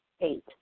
Eight